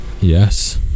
yes